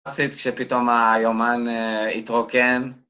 השיא כשפתאום היומן התרוקן